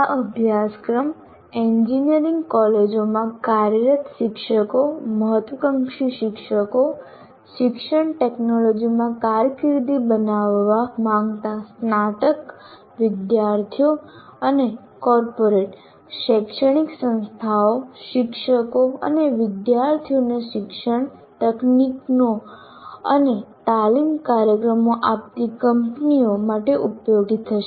આ અભ્યાસક્રમ એન્જિનિયરિંગ કોલેજોમાં કાર્યરત શિક્ષકો મહત્વાકાંક્ષી શિક્ષકો શિક્ષણ ટેકનોલોજીમાં કારકિર્દી બનાવવા માંગતા સ્નાતક વિદ્યાર્થીઓ અને કોર્પોરેટ શૈક્ષણિક સંસ્થાઓ શિક્ષકો અને વિદ્યાર્થીઓને શિક્ષણ તકનીકીઓ અને તાલીમ કાર્યક્રમો આપતી કંપનીઓ માટે ઉપયોગી થશે